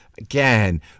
again